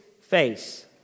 face